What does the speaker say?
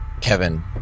Kevin